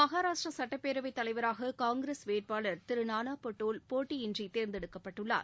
மகாராஷ்ட்ர சுட்டப்பேரவைத் தலைவராக காங்கிரஸ் வேட்பாளர் திரு நானா பட்டோல் போட்டியின்றி தேர்ந்தெடுக்கப்பட்டுள்ளார்